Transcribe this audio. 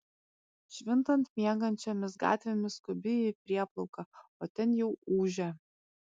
švintant miegančiomis gatvėmis skubi į prieplauką o ten jau ūžia